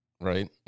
Right